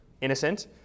Innocent